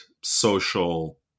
social